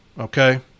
Okay